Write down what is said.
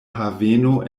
haveno